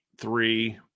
three